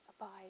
Abide